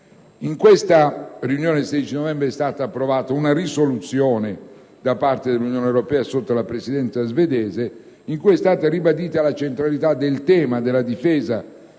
Nella riunione del 16 novembre scorso è stata approvata una risoluzione da parte dell'Unione europea sotto la Presidenza svedese, in cui sono state ribadite la centralità del tema della difesa delle